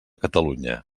catalunya